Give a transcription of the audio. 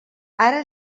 ara